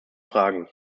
fragen